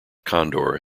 condor